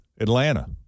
Atlanta